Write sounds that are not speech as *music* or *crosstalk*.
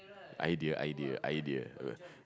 idea idea idea *noise*